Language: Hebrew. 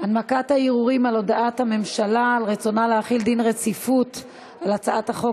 הנמקת הערעורים על הודעת הממשלה על רצונה להחיל דין רציפות על הצעת חוק